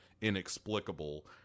inexplicable